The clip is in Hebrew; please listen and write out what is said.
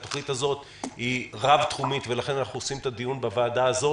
התוכנית הזאת היא רב-תחומית ולכן אנחנו עושים את הדיון בוועדה הזאת.